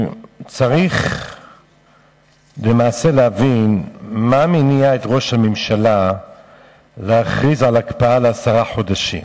צריך למעשה להבין מה מניע את ראש הממשלה להכריז על הקפאה לעשרה חודשים.